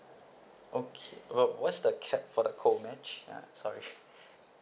okay wha~ what's the cap for the co match yeah sorry